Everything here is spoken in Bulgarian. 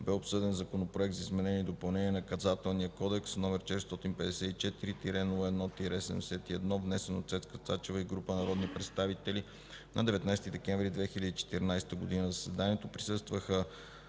бе обсъден Законопроект за изменение и допълнение на Наказателния кодекс, № 454-01-71, внесен от Цецка Цачева и група народни представители на 19 декември 2014 г. На заседанието присъства